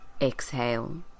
Exhale